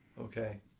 Okay